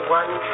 one